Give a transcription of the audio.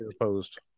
opposed